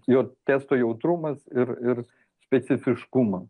jo testo jautrumas ir ir specifiškumas